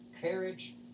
carriage